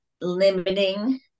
limiting